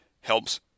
helps